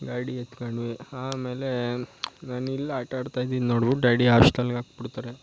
ಗಾಡಿ ಎತ್ಕೊಂಡ್ವಿ ಆಮೇಲೆ ನಾನಿಲ್ಲಿ ಆಟ ಆಡ್ತಾಯಿದ್ದೀನಿ ನೋಡ್ಬಿಟ್ಟು ಡ್ಯಾಡಿ ಆಸ್ಟೆಲಿಗೆ ಹಾಕ್ಬಿಡ್ತಾರೆ